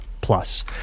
plus